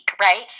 right